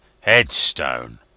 Headstone